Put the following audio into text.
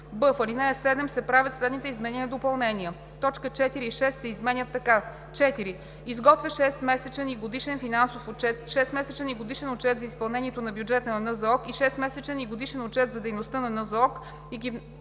в ал. 7 се правят следните изменения и допълнения: - точки 4 и 6 се изменят така: „4. изготвя шестмесечен и годишен финансов отчет, шестмесечен и годишен отчет за изпълнението на бюджета на НЗОК и шестмесечен и годишен отчет за дейността на НЗОК и ги внася